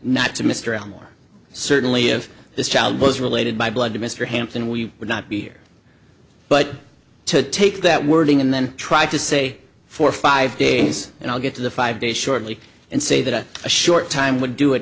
not to mr aylmore certainly if this child was related by blood to mr hampton we would not be here but to take that wording and then try to say for five days and i'll get to the five days shortly and say that a short time would do it